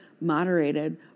moderated